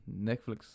Netflix